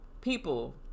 people